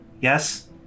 Yes